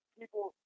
people